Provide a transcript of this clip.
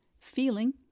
Feeling